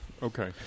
Okay